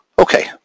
Okay